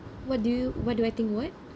what do you what do I think what